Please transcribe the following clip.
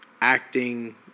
acting